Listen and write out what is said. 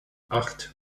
acht